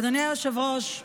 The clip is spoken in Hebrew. אדוני היושב-ראש,